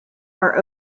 are